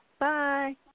Bye